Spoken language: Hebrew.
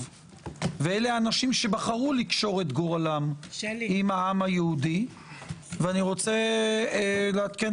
ואלה אנשים שבחרו לקשור את גורלם עם העם היהודי ואני רוצה לעדכן